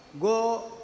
Go